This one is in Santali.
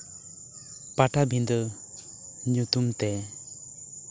ᱯᱟᱴᱟᱵᱤᱫᱟᱹ ᱧᱩᱛᱩᱢ ᱛᱮ